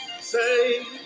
Say